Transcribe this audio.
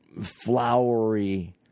flowery